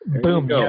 Boom